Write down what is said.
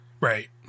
Right